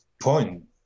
point